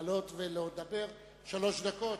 לעלות ולדבר שלוש דקות.